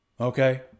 Okay